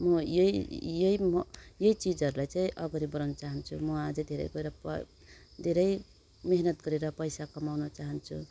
म यही यही म यही चिजहरूलाई अगाडि बढाउनु चाहन्छु म अझ धेरै गएर धेरै मिहिनेत गरेर पैसा कमाउन चाहन्छु